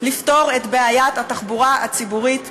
לפתור את בעיית התחבורה הציבורית בשבת.